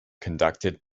conducted